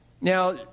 Now